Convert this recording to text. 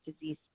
Disease